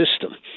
system